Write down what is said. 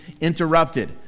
interrupted